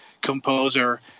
composer